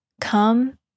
come